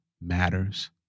matters